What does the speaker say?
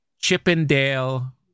Chippendale